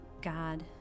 God